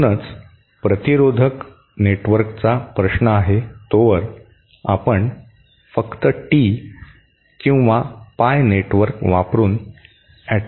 म्हणूनच प्रतिरोधक नेटवर्कचा प्रश्न आहे तोवर आपण फक्त टी किंवा पाय नेटवर्क वापरुन ऍटेन्युएटर बनवू शकतो